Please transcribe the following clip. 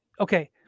okay